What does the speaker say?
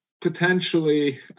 Potentially